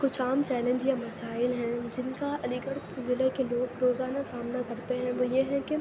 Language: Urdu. کچھ عام چیلنج یا مسائل ہیں جن کا علی گڑھ ضلعے کے لوگ روزانہ سامنا کرتے ہیں وہ یہ ہے کہ